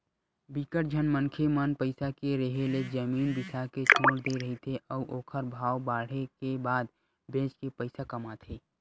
बिकट झन मनखे मन पइसा के रेहे ले जमीन बिसा के छोड़ दे रहिथे अउ ओखर भाव बाड़हे के बाद बेच के पइसा कमाथे